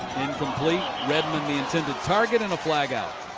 incomplete. redmond the intended target and a flag out.